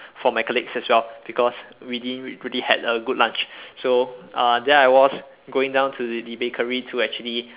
for my colleagues as well because we didn't really had a good lunch so uh there I was going down to the bakery to actually